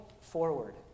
forward